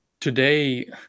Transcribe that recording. today